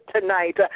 tonight